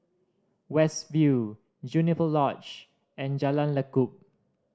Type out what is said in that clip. West View Juniper Lodge and Jalan Lekub